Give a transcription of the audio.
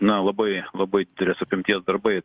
na labai labai didelės apimties darbai